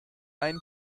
einen